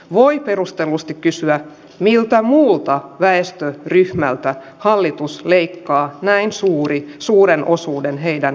voi perustellusti kysyä miltä muulta väestön ryhmältä hallitus leikkaa näin suuri suuren osuuden heidän